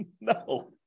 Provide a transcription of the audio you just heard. No